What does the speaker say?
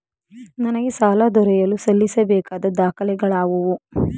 ನನಗೆ ಸಾಲ ದೊರೆಯಲು ಸಲ್ಲಿಸಬೇಕಾದ ದಾಖಲೆಗಳಾವವು?